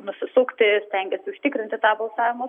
nusisukti stengiasi užtikrinti tą balsavimo slaptumą